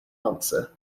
answer